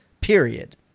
period